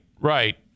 right